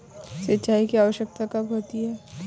सिंचाई की आवश्यकता कब होती है?